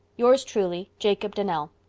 yours truly, jacob donnell.